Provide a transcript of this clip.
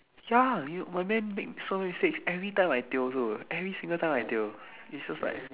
ya you when man so mistakes every time I tio also every single time I tio it's just like